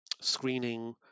screening